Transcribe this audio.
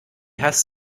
hast